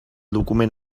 document